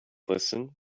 listen